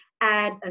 add